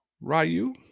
Ryu